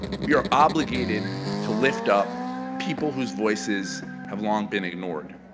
we are obligated to lift up people whose voices have long been ignored,